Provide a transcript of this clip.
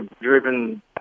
driven